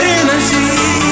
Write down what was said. energy